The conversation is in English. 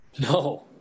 No